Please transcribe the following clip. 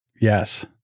Yes